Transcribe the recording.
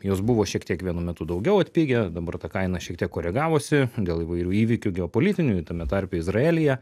jos buvo šiek tiek vienu metu daugiau atpigę dabar ta kaina šiek tiek koregavosi dėl įvairių įvykių geopolitinių tame tarpe izraelyje